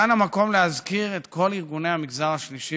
כאן המקום להזכיר את כל ארגוני המגזר השלישי